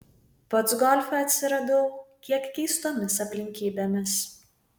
pats golfe atsiradau kiek keistomis aplinkybėmis